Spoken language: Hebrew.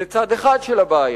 זה צד אחד של הבעיה.